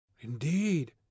Indeed